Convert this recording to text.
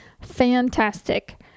fantastic